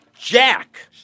jack